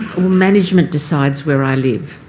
management decides where i live.